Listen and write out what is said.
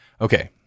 Okay